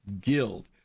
Guild